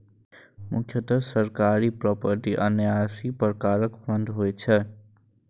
मुख्यतः सरकारी, प्रोपराइटरी आ न्यासी प्रकारक फंड होइ छै